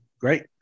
Great